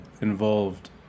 involved